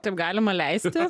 taip galima leisti